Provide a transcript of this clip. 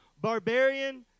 Barbarian